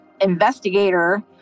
investigator